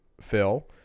Phil